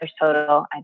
total